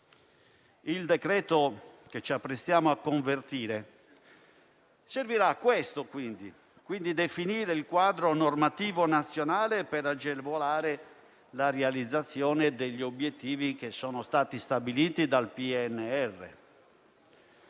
Il provvedimento che ci apprestiamo a convertire servirà quindi a definire il quadro normativo nazionale per agevolare la realizzazione degli obiettivi stabiliti dal PNRR.